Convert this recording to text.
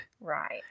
Right